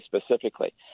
specifically